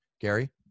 gary